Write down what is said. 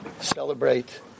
celebrate